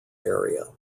area